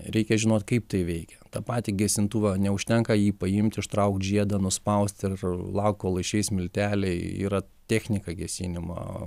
reikia žinot kaip tai veikia tą patį gesintuvą neužtenka jį paimt ištraukt žiedą nuspaust ir laukt kol išeis milteliai yra technika gesinimo